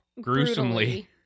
gruesomely